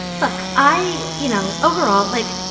look i you know, overall like,